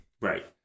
Right